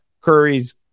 Curry's